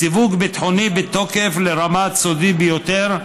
"סיווג בטחוני בתוקף לרמת 'סודי ביותר'